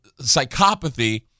psychopathy